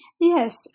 Yes